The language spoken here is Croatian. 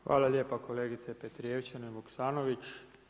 Hvala lijepa kolegice Petrijevčanin-Vuksanović.